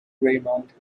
raymond